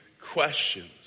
questions